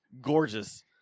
Gorgeous